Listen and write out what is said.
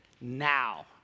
Now